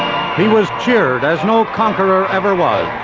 he was cheered as no conqueror ever was.